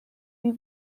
die